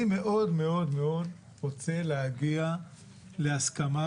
אני מאוד מאוד רוצה להגיע להסכמה,